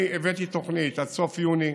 אני הבאתי תוכנית עד סוף יוני,